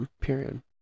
period